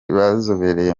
bazobereye